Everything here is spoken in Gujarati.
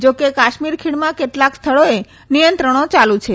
જા કે કાશ્મીર ખીણમાં કેટલાક સ્થળોએ નિયંત્રણો ચાલુ છે